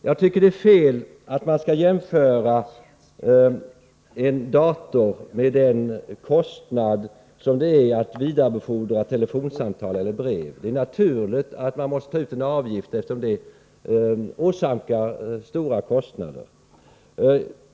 Jag tycker att det är fel att jämföra datorer och vidarebefordring av telefonsamtal eller brev. Det är naturligt att man i det senare fallet måste ta ut en avgift, eftersom det är fråga om stora kostnader.